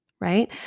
right